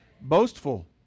Boastful